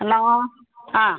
hello ആ